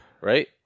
Right